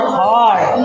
hard